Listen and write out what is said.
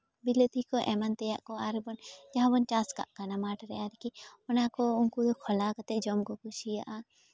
ᱵᱤᱞᱟᱹᱛᱤ ᱠᱚ ᱮᱢᱟᱱ ᱛᱮᱭᱟᱜ ᱠᱚ ᱟᱨᱵᱚᱱ ᱡᱟᱦᱟᱸ ᱵᱚᱱ ᱪᱟᱥ ᱠᱟᱜ ᱠᱟᱱᱟ ᱢᱟᱴᱷ ᱨᱮ ᱟᱨᱠᱤ ᱚᱱᱟ ᱠᱚ ᱩᱱᱠᱩ ᱠᱷᱚᱞᱟᱣ ᱠᱟᱛᱮᱫ ᱡᱚᱢ ᱠᱚ ᱠᱩᱥᱤᱭᱟᱜᱼᱟ